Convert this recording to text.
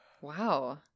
wow